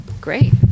great